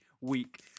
week